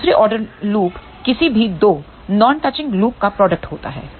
दूसरा order loop किसी भी 2 नॉन टचिंग लूप का प्रोडक्ट होता है